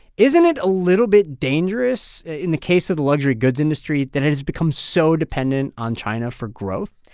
isn't it a little bit dangerous, in the case of the luxury goods industry, that it has become so dependent on china for growth?